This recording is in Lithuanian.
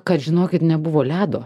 kad žinokit nebuvo ledo